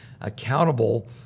accountable